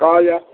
कहल जाउ